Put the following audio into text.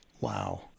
Wow